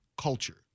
culture